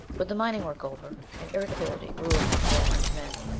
with the mining work over, an irritability grew upon grantline's men.